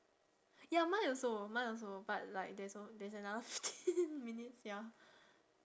ya mine also mine also but like there's a~ there's another fifteen minutes ya